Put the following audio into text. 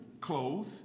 clothes